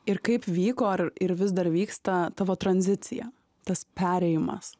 ir kaip vyko ar ir vis dar vyksta tavo tranzicija tas perėjimas